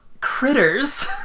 critters